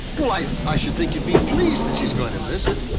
like i should think you'd be pleased that she's going to visit.